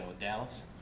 Dallas